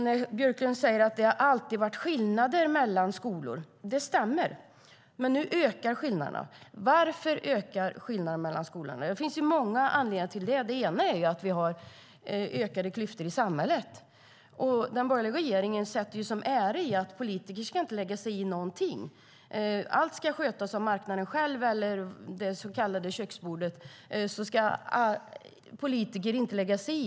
När Björklund säger att det alltid har varit skillnader mellan skolor så stämmer det, men nu ökar skillnaderna. Varför ökar skillnaderna mellan skolorna? Det finns många anledningar till det. En är att vi har ökade klyftor i samhället. Den borgerliga regeringen sätter ju en ära i att politiker inte ska lägga sig i någonting. Allt ska skötas av marknaden själv eller vid det så kallade köksbordet. Politiker ska inte lägga sig i.